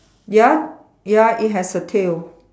ya ya it has a tail